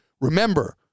Remember